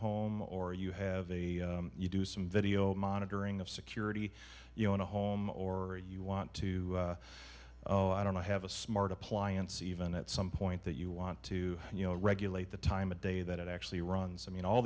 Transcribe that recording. home or you have a you do some video monitoring of security you know in a home or you want to oh i don't know i have a smart appliance even at some point that you want to you know regulate the time of day that it actually runs i mean all